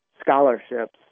scholarships